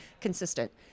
consistent